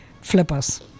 flippers